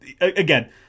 again